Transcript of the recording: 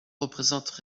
représentent